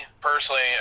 personally